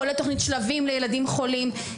כולל תוכנית שלבים לילדים חולים,